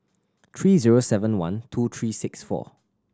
three zero seven one two three six four